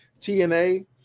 TNA